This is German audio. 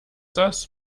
das